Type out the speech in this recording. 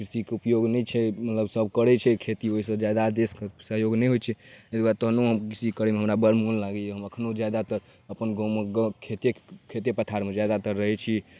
कृषिके उपयोग नहि छै मतलब सब करै छै खेती ओहिसँ जादा देशके सहयोग नहि होइ छै एहि दुआरे तहनो कृषि करैमे हमरा बड़ मोन लागैए हम एखनहु जादातर अपन गाममे खेते खेते पथारमे जादातर रहै छी